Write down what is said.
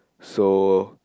so